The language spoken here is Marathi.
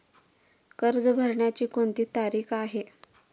कर्ज भरण्याची कोणती तारीख आहे?